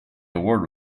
award